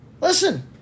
Listen